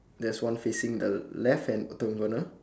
there's one facing the left and bottom corner